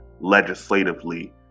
legislatively